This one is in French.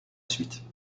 suite